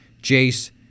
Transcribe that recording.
Jace